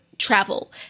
travel